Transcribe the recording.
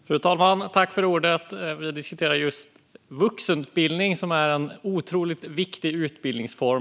Fru talman! Vi diskuterar vuxenutbildningen, som är en otroligt viktig utbildningsform.